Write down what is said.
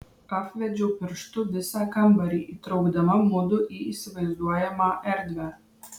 apvedžiau pirštu visą kambarį įtraukdama mudu į įsivaizduojamą erdvę